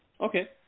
Okay